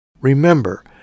Remember